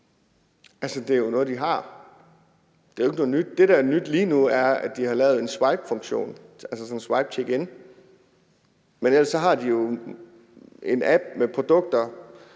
har; det er jo ikke noget nyt. Det, der er nyt lige nu, er, at de har lavet en swipefunktion, altså sådan en swipecheckin, men ellers har de jo en app med produkter,